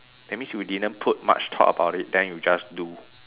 that means you didn't put much thought about it then you just do